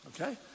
okay